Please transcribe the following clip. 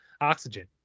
oxygen